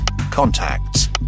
contacts